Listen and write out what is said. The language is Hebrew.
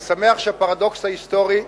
אני שמח על הפרדוקס ההיסטורי,